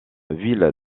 ville